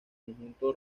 conjunto